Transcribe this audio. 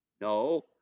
No